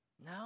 No